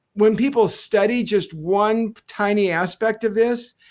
when people study just one tiny aspect of this,